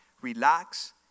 relax